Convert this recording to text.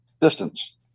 Distance